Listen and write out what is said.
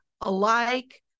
alike